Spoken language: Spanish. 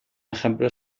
ejemplo